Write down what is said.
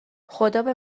خدابه